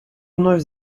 вновь